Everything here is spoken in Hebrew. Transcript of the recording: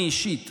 אני אישית,